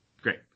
Great